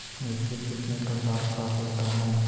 मिर्ची कितने प्रकार का होता है?